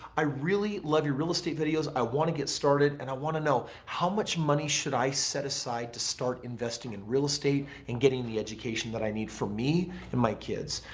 i really love your real estate videos i want to get started and i want to know how much money should i set aside to start investing in real estate and getting the education that i need for me and my kids?